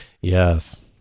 Yes